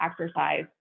exercise